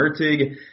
Mertig